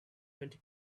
twenty